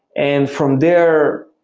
and from there,